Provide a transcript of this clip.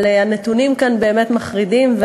אבל הנתונים כאן באמת מחרידים,